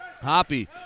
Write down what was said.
Hoppy